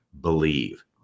believe